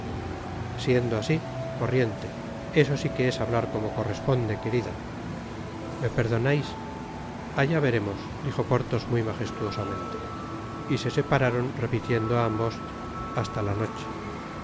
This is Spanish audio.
siendo asi corriente eso si que es hablar como corresponde querida me perdonais allá veremos dijo porthos muy majestuosamente y se separaron repitiendo ambos hasta la noche